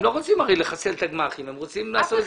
הם לא רוצים לחסל את הגמ"חים אלא הם רוצים לעשות את זה נורמלי.